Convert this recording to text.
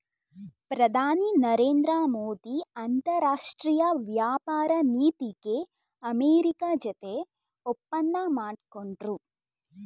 ಪ್ರಧಾನಿ ನರೇಂದ್ರ ಮೋದಿ ಅಂತರಾಷ್ಟ್ರೀಯ ವ್ಯಾಪಾರ ನೀತಿಗೆ ಅಮೆರಿಕ ಜೊತೆ ಒಪ್ಪಂದ ಮಾಡ್ಕೊಂಡ್ರು